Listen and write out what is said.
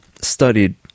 studied